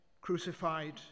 crucified